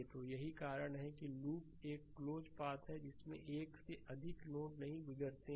तो यही कारण है कि एक लूप एक क्लोज पाथ है है जिसमें एक से अधिक नोड नहीं गुजरता है